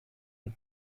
and